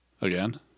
again